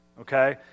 okay